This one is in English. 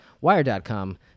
Wire.com